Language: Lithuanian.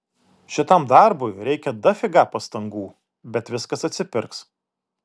šitam darbui reikia dafiga pastangų bet viskas atsipirks